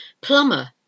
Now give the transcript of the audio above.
Plumber